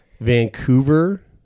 Vancouver